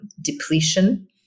depletion